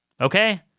Okay